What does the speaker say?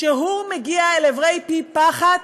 כשהוא מגיע אל עברי פי פחת,